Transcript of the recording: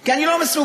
כי אני לא מסוגל,